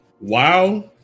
wow